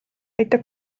aitab